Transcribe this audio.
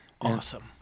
awesome